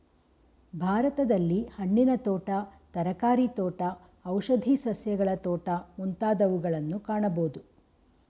ಭಾರತದಲ್ಲಿ ಹಣ್ಣಿನ ತೋಟ, ತರಕಾರಿ ತೋಟ, ಔಷಧಿ ಸಸ್ಯಗಳ ತೋಟ ಮುಂತಾದವುಗಳನ್ನು ಕಾಣಬೋದು